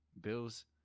Bills